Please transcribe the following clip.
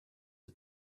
are